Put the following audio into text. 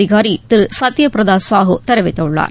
அதிகாரி திரு சத்ய பிரதா சாஹூ தெரிவித்துள்ளார்